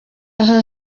aha